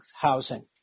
housing